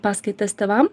paskaitas tėvam